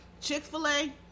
Chick-fil-A